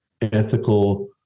ethical